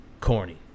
corny